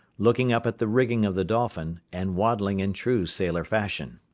looking up at the rigging of the dolphin, and waddling in true sailor fashion.